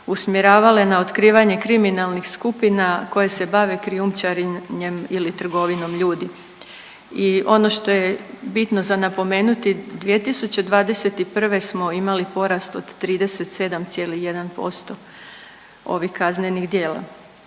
usmjeravale na otkrivanje kriminalnih skupina koje se bave krijumčarenjem ili trgovinom ljudi. I ono što je bitno za napomenuti, 2021. smo imali porast od 37,1% ovih kaznenih djela.